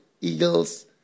eagles